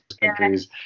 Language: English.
countries